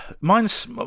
mine's